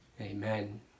Amen